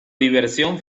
diversión